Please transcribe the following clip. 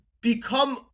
become